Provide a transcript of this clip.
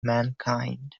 mankind